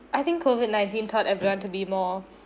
I think COVID nineteen taught everyone to be more